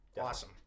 Awesome